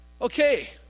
Okay